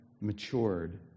matured